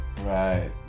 Right